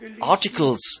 articles